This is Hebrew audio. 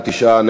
תשעה בעד,